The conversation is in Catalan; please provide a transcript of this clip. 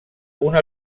una